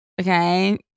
okay